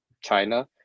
China